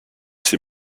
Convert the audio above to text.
s’est